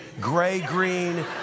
gray-green